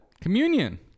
Communion